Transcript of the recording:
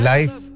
Life